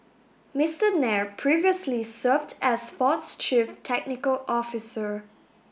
Mister Nair previously served as Ford's chief technical officer